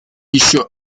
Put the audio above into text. еще